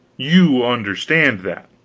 you understand that.